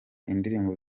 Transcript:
indirimbo